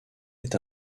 est